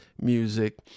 music